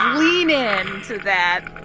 um lean and into that